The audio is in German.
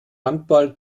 handball